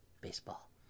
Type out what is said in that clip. Baseball